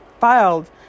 filed